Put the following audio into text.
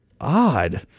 odd